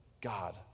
God